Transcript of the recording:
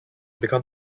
become